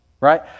right